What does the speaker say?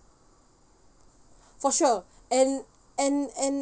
for sure and and and